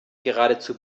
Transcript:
geradezu